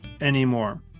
anymore